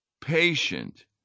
patient